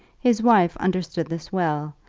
his wife understood this well,